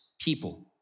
people